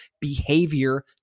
behavior